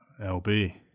LB